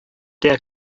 der